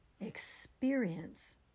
experience